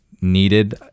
needed